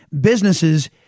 businesses